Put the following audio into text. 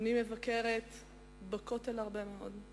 אני מבקרת בכותל הרבה מאוד.